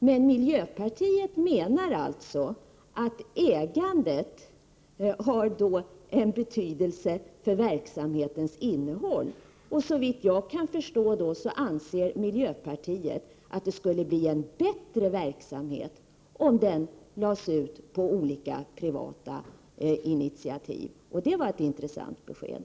Men miljöpartiet menar alltså att ägandet har en betydelse för verksamhetens innehåll. Såvitt jag kan förstå anser då miljöpartiet att det skulle bli en bättre verksamhet om den lades ut på olika privata initiativ, och det var verkligen ett intressant besked.